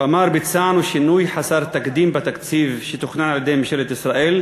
הוא אמר: ביצענו שינוי חסר תקדים בתקציב שתוכנן על-ידי ממשלת ישראל,